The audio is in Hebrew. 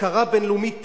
הכרה בין-לאומית תהיה,